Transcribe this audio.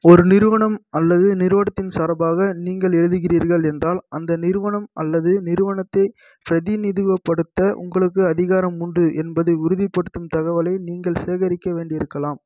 ஒரு நிறுவனம் அல்லது நிறுவனத்தின் சார்பாக நீங்கள் எழுதுகிறீர்கள் என்றால் அந்த நிறுவனம் அல்லது நிறுவனத்தைப் பிரதிநிதுவப்படுத்த உங்களுக்கு அதிகாரம் உண்டு என்பதை உறுதிப்படுத்தும் தகவலை நீங்கள் சேகரிக்க வேண்டி இருக்கலாம்